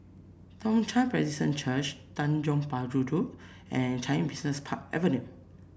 Toong Chai Presbyterian Church Tanjong Penjuru and Changi Business Park Avenue